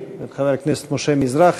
ביוזמתו של חברנו חבר הכנסת משה מזרחי.